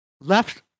Left